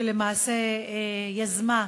שלמעשה יזמה,